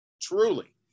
truly